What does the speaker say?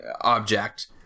object